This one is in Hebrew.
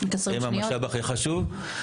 הם המשאב הכי חשוב,